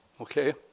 okay